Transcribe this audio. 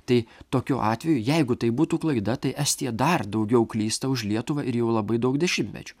tai tokiu atveju jeigu tai būtų klaida tai estija dar daugiau klysta už lietuvą ir jau labai daug dešimtmečių